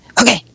Okay